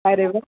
अरे वा